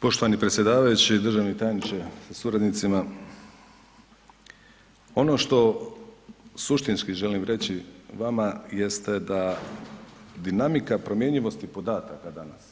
Poštovani predsjedavajući, državni tajniče sa suradnicima, ono što suštinski želim reći vama jeste da dinamika promjenjivosti podataka danas